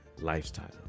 lifestyle